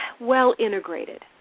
well-integrated